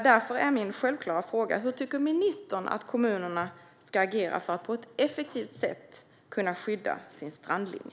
Därför är min självklara fråga: Hur tycker ministern att kommunerna ska agera för att på ett effektivt sätt kunna skydda sin strandlinje?